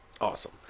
awesome